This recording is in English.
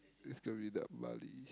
it's going the Bali